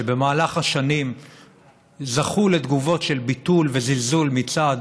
שבמהלך השנים זכו לתגובות של ביטול וזלזול מצד